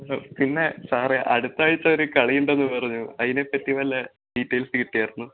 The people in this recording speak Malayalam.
ഇപ്പം പിന്നെ സാറെ അടുത്താഴ്ച്ച ഒരു കളിയുണ്ടെന്ന് പറഞ്ഞു അതിനെപ്പറ്റി വല്ല ഡീറ്റെയിൽസ് കിട്ടിയായിരുന്നോ